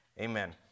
Amen